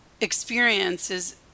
experiences